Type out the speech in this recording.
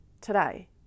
today